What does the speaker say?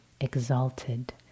exalted